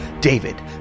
David